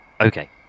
Okay